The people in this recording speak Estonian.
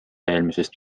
eelmisest